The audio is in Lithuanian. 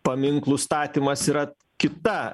paminklų statymas yra kita